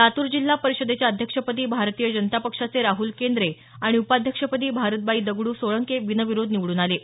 लातूर जिल्हा परिषदेच्या अध्यक्षपदी भारतीय जनता पक्षाचे राहल केंद्रे आणि उपाध्यक्षपदी भारतबाई दगडू सोळंके बिनविरोध निवडून आले आहेत